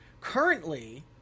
Currently